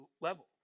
level